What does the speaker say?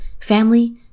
family